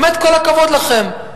באמת כל הכבוד לכם,